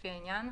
לפני העניין,